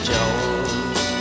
Jones